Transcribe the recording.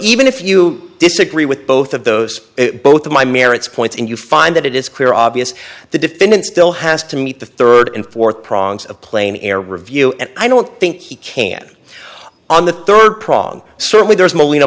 even if you disagree with both of those both of my merits points and you find that it is clear obvious the defendant still has to meet the third and fourth prongs of plain air review and i don't think he can on the third prong certainly there's molin